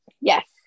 yes